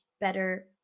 better